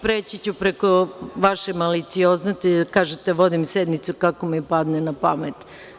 Preći ću preko vaše malicioznosti jer kažete da vodim sednicu kako mi padne na pamet.